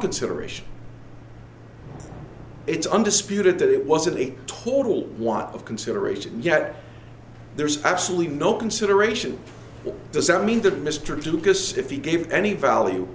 consideration it's undisputed that it wasn't a total want of consideration yet there's absolutely no consideration does that mean that mr ducasse if he gave any value